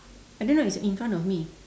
I don't know it's in front of me